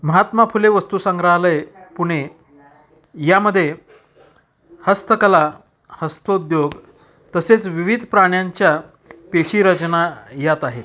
महात्मा फुले वस्तू संग्रहालय पुणे यामध्ये हस्तकला हस्तोद्योग तसेच विविध प्राण्यांच्या पेशीरचना यात आहेत